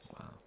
wow